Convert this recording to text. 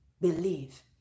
believe